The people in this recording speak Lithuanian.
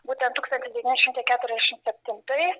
būtent tūkstantis devyni šimtai keturiasdešim septintais